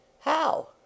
How